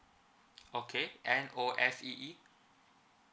okay N O F E E